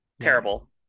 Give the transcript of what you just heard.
Terrible